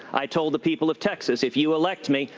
i told the people of texas, if you elect me,